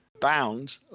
bound